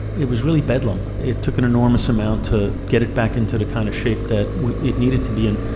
it was really bedlam. it took an enormous amount to get it back into the kind of shape that it needed to be in.